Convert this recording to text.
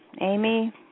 Amy